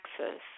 taxes